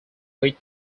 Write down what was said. wit